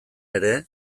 ere